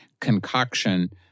concoction